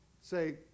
Say